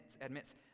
admits